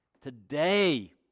Today